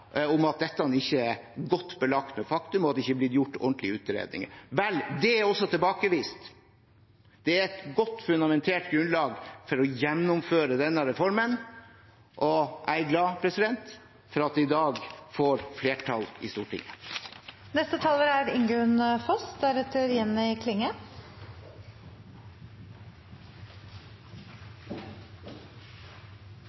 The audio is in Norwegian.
om at dette ikke er godt belagt med faktum, og at det ikke er blitt gjort ordentlige utredninger. Vel, det er også tilbakevist. Det er et godt fundamentert grunnlag for å gjennomføre denne reformen, og jeg er glad for at det i dag får flertall i